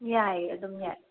ꯌꯥꯏ ꯑꯗꯨꯝ ꯌꯥꯏ